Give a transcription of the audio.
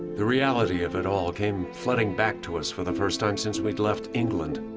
the reality of it all came flooding back to us for the first time since we'd left england.